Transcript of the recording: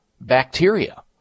bacteria